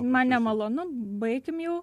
man nemalonu baikim jau